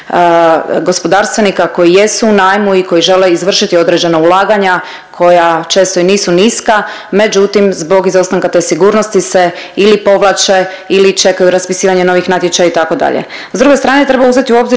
gospodarstvenika koji jesu u najmu i koji žele izvršiti određena ulaganja koja često i nisu niska međutim zbog izostanka te sigurnosti se ili povlače ili čekaju raspisivanje novih natječaja itd.